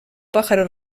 pájaro